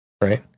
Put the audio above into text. right